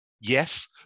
Yes